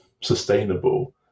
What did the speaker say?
sustainable